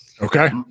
Okay